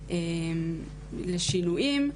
לשינויים,